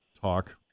talk